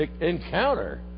encounter